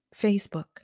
Facebook